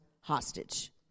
hostage